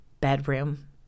bedroom